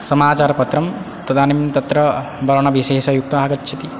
समाचारपत्रं तदानीं तत्र वर्णविषेसयुक्त आगच्छति